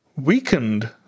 weakened